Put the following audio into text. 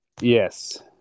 Yes